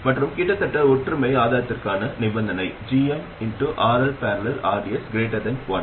மற்றும் கிட்டத்தட்ட ஒற்றுமை ஆதாயத்திற்கான நிபந்தனை gm RL || rds 1 அல்லது gm GL gds